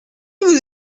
vous